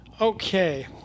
okay